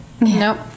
Nope